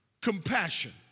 Compassion